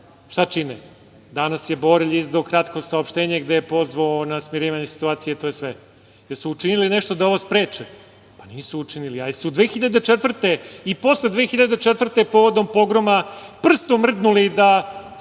Šta čine? Danas je Borelj izdao kratko saopštenje gde je pozvao na smirivanje situacije i to je sve. Jesu učinili nešto da ovo spreče? Pa, nisu učinili. A jesu li 2004. i posle 2004. povodom Pogroma prstom mrdnuli da